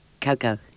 Coco